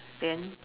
then